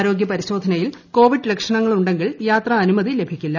ആരോഗ്യ പരിശോധനയിൽ കോവിഡ് ലക്ഷങ്ങളുണ്ടെങ്കിൽ യാത്രാനുമതി ലഭിക്കില്ല